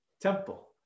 temple